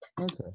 Okay